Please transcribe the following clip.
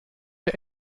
der